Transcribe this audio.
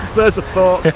there's a thought.